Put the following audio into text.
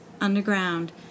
underground